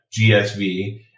GSV